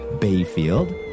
Bayfield